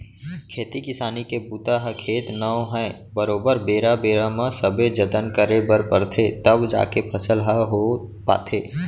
खेती किसानी के बूता ह खेत नो है बरोबर बेरा बेरा म सबे जतन करे बर परथे तव जाके फसल ह हो पाथे